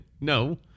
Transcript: no